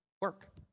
work